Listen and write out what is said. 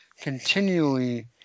continually